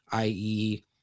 IE